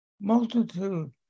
multitude